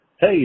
Hey